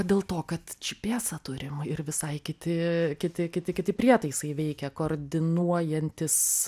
dėl to kad džipiesą turim ir visai kiti kiti kiti kiti prietaisai veikia koordinuojantis